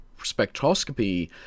spectroscopy